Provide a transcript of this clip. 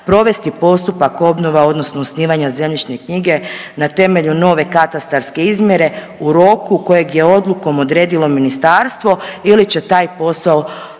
provesti postupak obnove odnosno osnivanje zemljišne knjige na temelju nove katastarske izmjere u roku kojeg je odlukom odredilo ministarstvo ili će taj postao